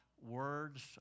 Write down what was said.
words